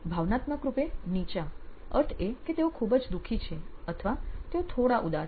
ભાવનાત્મક રૂપે નીચા અર્થ એ કે તેઓ ખૂબ જ દુખી છે અથવા તેઓ થોડા ઉદાસ છે